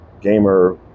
gamer